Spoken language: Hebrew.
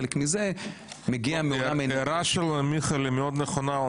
חלק מזה- -- ההערה של מיכאל מאוד נכונה,